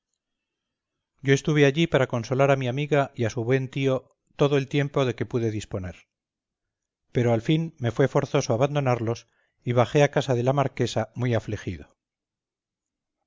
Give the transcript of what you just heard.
yo estuve allí para consolar a mi amiga y a su buen tío todo el tiempo de que pude disponer pero al fin me fue forzoso abandonarlos y bajé a casa de la marquesa muy afligido